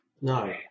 No